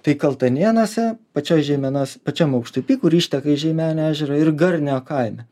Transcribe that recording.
tai kaltanėnuose pačioj žeimenos pačiam aukštupy kur išteka iš žeimenio ežero ir garnio kaime